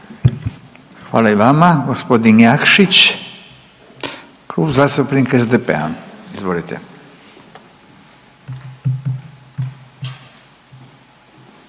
Hvala i vama. Gospodin Jakšić, Klub zastupnika SDP-a. Izvolite.